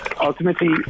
ultimately